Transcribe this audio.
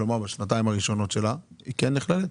כלומר בשנתיים הראשונות שלה היא כן נכללת?